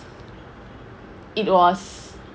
it was